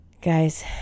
guys